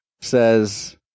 says